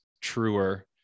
truer